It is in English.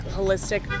holistic